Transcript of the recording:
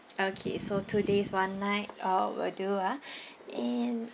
okay so two days one night uh will do ah and